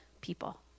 people